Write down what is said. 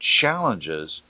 challenges